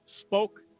spoke